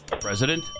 President